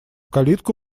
калитку